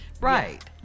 right